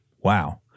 Wow